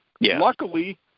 Luckily